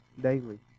daily